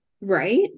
right